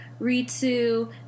Ritsu